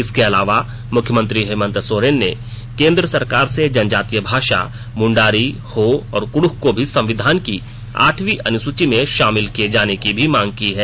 इसके अलावा मुख्यमंत्री हेमंत सोरेन ने केन्द्र सरकार से जनजातीय भाषा मुण्डारी हो और कुडुख को भी संविधान की आठवीं अनुसूची में शामिल किये जाने की भी मांग की है